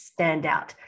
standout